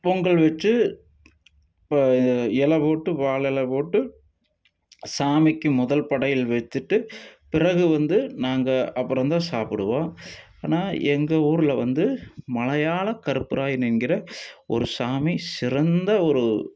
பொங்கல் வச்சு ப எலை போட்டு வாழை எலை போட்டு சாமிக்கு முதல் படையல் வைத்துட்டு பிறகு வந்து நாங்கள் அப்புறந்தான் சாப்பிடுவோம் ஆனால் எங்கள் ஊரில் வந்து மலையாள கருப்பராயன் என்கிற ஒரு சாமி சிறந்த ஒரு